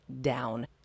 down